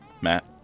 Matt